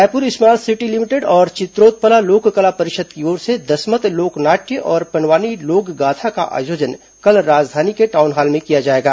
Raipur smart city limited और चित्रोत्पला लोककला परिषद की ओर से दसमत लोक नाट्य और पंडवानी लोकगाथा का आयोजन कल राजधानी के टाउन हॉल में किया जाएगा